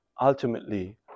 ultimately